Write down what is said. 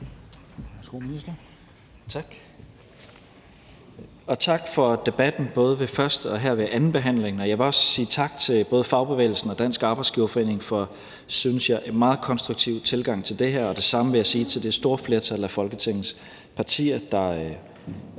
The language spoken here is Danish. tak for debatten både ved førstebehandlingen og her ved andenbehandlingen. Jeg vil også sige tak til både fagbevægelsen og Dansk Arbejdsgiverforening for, synes jeg, en meget konstruktiv tilgang til det her, og det samme vil jeg sige til det store flertal af Folketingets partier, der